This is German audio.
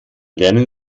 lernen